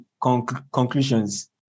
conclusions